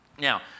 Now